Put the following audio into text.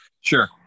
Sure